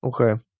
Okay